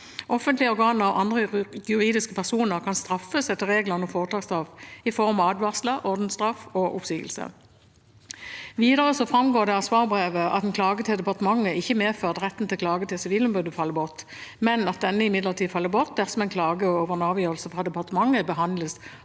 Offentlige organer og andre juridiske personer kan straffes etter reglene om foretaksstraff i form av advarsler, ordensstraff og oppsigelse. Videre framgår det av svarbrevet at en klage til departementet ikke medfører at retten til å klage til Sivilombudet faller bort, men at denne imidlertid faller bort dersom en klage over en avgjørelse fra departementet behandles